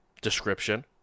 description